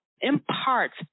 imparts